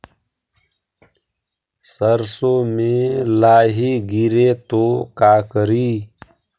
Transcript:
सरसो मे लाहि गिरे तो का करि?